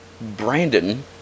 Brandon